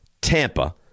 Tampa